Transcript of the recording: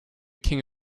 king